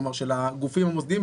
כלומר של הגופים המוסדיים,